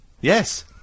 Yes